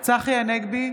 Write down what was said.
צחי הנגבי,